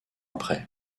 après